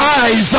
eyes